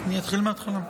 אני אתחיל מהתחלה.